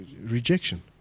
rejection